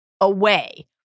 away